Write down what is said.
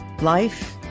life